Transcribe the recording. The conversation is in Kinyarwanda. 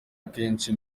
akenshi